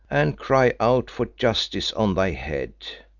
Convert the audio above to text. and cry out for justice on thy head,